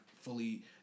fully